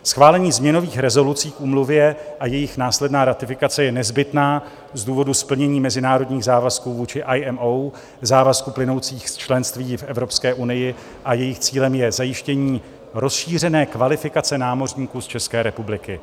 Schválení změnových rezolucí k úmluvě a jejich následná ratifikace je nezbytná z důvodu splnění mezinárodních závazků vůči IMO, závazků plynoucích z členství v Evropské unii a jejich cílem je zajištění rozšířené kvalifikace námořníků z České republiky.